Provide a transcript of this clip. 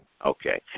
Okay